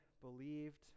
believed